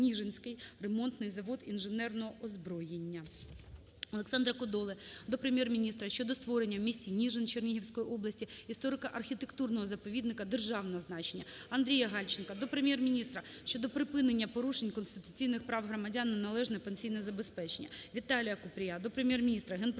"Ніжинський ремонтний завод інженерного озброєння". Олександра Кодоли до Прем'єр-міністра щодо створення в місті Ніжин Чернігівської областіісторико-архітектурного заповідника державного значення. АндріяГальченка до Прем'єр-міністра щодо припинення порушень конституційних прав громадян на належне пенсійне забезпечення. ВіталіяКупрія до Прем'єр-міністра, Генпрокурора